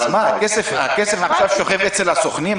אז מה, הכסף הזה עכשיו שוכב אצל הסוכנים?